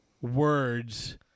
words